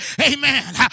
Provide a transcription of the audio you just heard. Amen